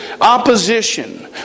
opposition